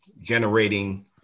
generating